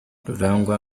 rurangwa